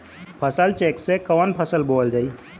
फसल चेकं से कवन फसल बोवल जाई?